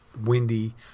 windy